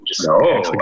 No